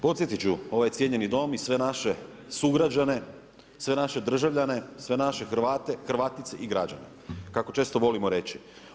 Podsjetit ću ovaj cijenjeni Dom i sve naše sugrađane, sve naše državljane, sve naše Hrvate, Hrvatice i građane kako često volimo reći.